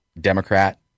Democrat